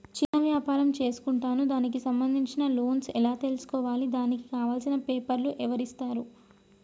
చిన్న వ్యాపారం చేసుకుంటాను దానికి సంబంధించిన లోన్స్ ఎలా తెలుసుకోవాలి దానికి కావాల్సిన పేపర్లు ఎవరిస్తారు?